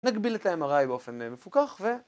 נקביל את הMRI באופן מפוקח